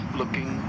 looking